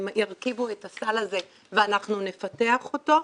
הם ירכיבו את הסל הזה ואנחנו נפתח אותו.